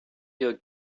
your